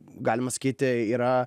galima sakyti yra